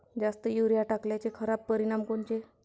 जास्त युरीया टाकल्याचे खराब परिनाम कोनचे?